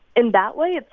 in that way,